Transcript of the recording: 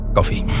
Coffee